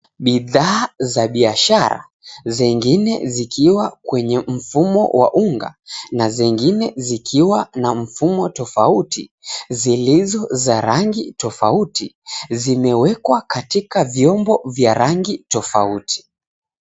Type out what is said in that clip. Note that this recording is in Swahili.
Bidhaa za biashara zingine zikiwa kwenye mfumo wa unga na zingine zikiwa na mfumo tofauti zilizo za rangi tofauti zimewekwa katika vyombo vya rangi tofauti.